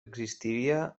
existira